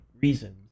Reason